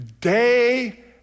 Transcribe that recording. Day